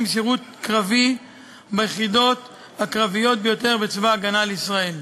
שירות קרבי ביחידות הקרביות ביותר בצבא ההגנה לישראל.